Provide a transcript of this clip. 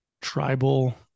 tribal